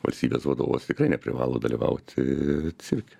valstybės vadovas tikrai neprivalo dalyvauti cirke